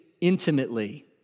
intimately